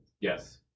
Yes